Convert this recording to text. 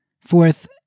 Fourth